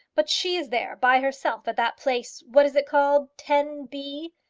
but she is there by herself at that place what is it called? ten bie.